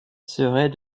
serait